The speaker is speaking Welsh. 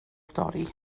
stori